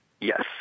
Yes